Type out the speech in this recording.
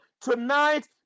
Tonight